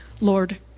Lord